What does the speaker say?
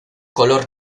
color